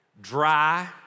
dry